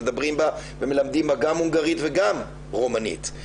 שמלמדים בה גם בהונגרית וגם ברומנית.